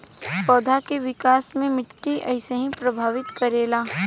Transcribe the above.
पौधा के विकास मे मिट्टी कइसे प्रभावित करेला?